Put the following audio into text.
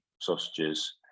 sausages